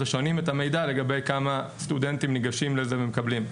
השונים את המידע לגבי כמה סטודנטים ניגשים לזה ומקבלים.